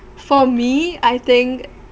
for me I think